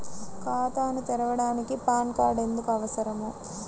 ఖాతాను తెరవడానికి PAN card ఎందుకు అవసరము?